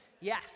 Yes